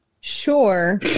Sure